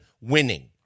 winning